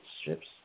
strips